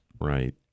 Right